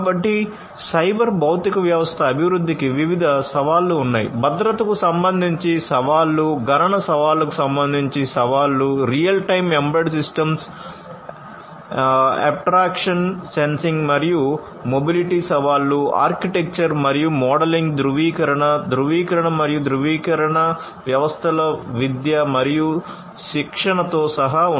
కాబట్టి సైబర్ భౌతిక వ్యవస్థ అభివృద్ధికి వివిధ సవాళ్లు ఉన్నాయి భద్రతకు సంబంధించి సవాళ్లు గణన సవాళ్లకు సంబంధించి సవాళ్లు real time embedded system abstractions sensing మరియు మొబిలిటీ సవాళ్లు ఆర్కిటెక్చర్ మరియు మోడలింగ్ ధృవీకరణ ధ్రువీకరణ మరియు ధృవీకరణ మరియు ఈ వ్యవస్థల విద్య మరియు శిక్షణతో సహా ఉన్నాయి